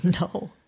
No